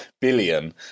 billion